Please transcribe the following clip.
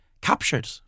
captured